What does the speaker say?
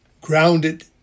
grounded